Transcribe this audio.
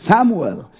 Samuel